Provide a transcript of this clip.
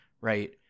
right